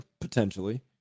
potentially